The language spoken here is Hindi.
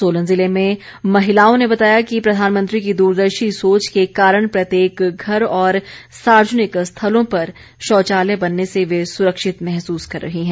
सोलन जिले में महिलाओं ने बताया कि प्रधानमंत्री की दूरदर्शी सोच के कारण प्रत्येक घर और सार्वजनिक स्थलों पर शौचालय बनने से वे सुरक्षित महसूस कर रही हैं